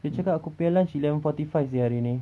dia cakap aku punya lunch eleven forty five seh hari ni